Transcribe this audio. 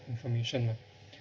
information lah